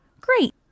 great